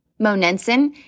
monensin